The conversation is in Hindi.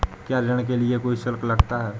क्या ऋण के लिए कोई शुल्क लगता है?